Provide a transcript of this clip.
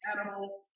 animals